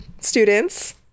Students